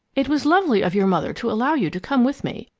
it was lovely of your mother to allow you to come with me,